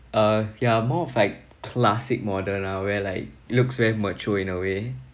uh ya more of like classic modern lah where like it looks very mature in a way